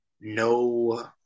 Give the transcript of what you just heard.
no